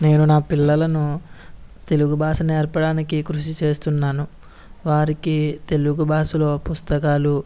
నేను నా పిల్లలను తెలుగు భాష నేర్పడానికి కృషి చేస్తున్నాను వారికి తెలుగు భాషలో పుస్తకాలు